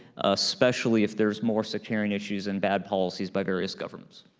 especially if there's more sectarian issues and bad policies by various governments.